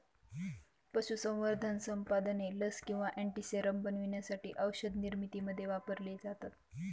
पशुसंवर्धन उत्पादने लस किंवा अँटीसेरम बनवण्यासाठी औषधनिर्मितीमध्ये वापरलेली जातात